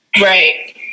Right